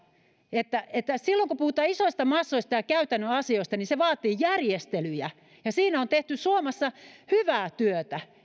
silloin kun puhutaan isoista massoista ja käytännön asioista se vaatii järjestelyjä ja siinä on tehty suomessa hyvää työtä